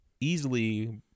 easily